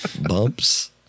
Bumps